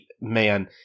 man